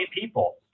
people